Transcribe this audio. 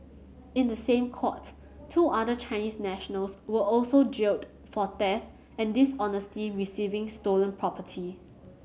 in the same court two other Chinese nationals were also jailed for theft and dishonesty receiving stolen property